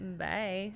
bye